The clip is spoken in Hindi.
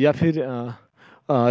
या फिर